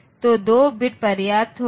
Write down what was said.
तो 2 बिट पर्याप्त होंगे